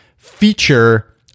feature